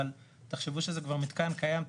אבל תחשבו שזה כבר מתקן קיים,